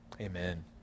Amen